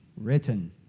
written